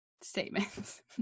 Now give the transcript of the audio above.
statements